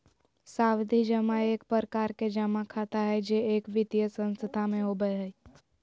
सावधि जमा एक प्रकार के जमा खाता हय जे एक वित्तीय संस्थान में होबय हय